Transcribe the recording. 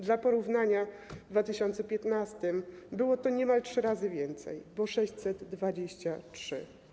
Dla porównania w 2015 r. było to niemal trzy razy więcej, bo 623.